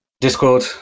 discord